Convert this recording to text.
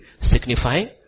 signifying